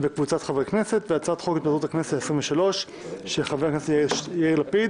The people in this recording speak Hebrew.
הצעת ח"כ יאיר לפיד